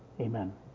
amen